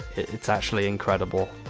it's actually incredible.